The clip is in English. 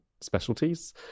specialties